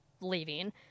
leaving